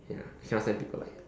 ya cannot stand people like